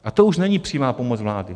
A to už není přímá pomoc vlády.